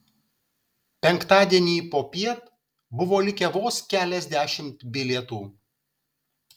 penktadienį popiet buvo likę vos keliasdešimt bilietų